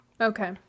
Okay